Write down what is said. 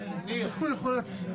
כבוד יו"ר ועדת הכנסת,